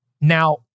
Now